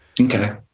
Okay